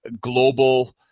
Global